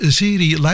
serie